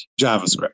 JavaScript